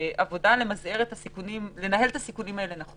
וכל הזמן יש עבודה בלנהל את הסיכונים האלה נכון.